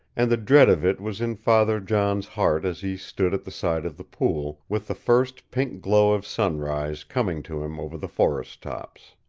and the dread of it was in father john's heart as he stood at the side of the pool, with the first pink glow of sunrise coming to him over the forest-tops.